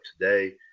today